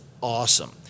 awesome